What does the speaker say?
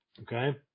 Okay